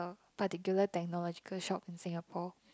particular technological shop in Singapore